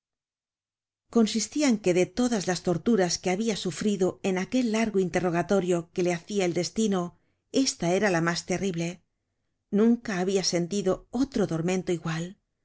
en que de todas las torturas que habia sufrido en aquel largo interrogatorio que le hacia el destino esta erala mas terrible nunca habia sentido otro tormento igual